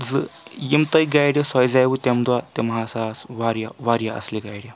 زٕ یِم تۄہہِ گاڑِ سوزیٚوٕ تمہِ دۄہ تِم ہَسا آسہٕ واریاہ واریاہ اَصلہِ گاڑِ